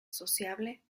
sociable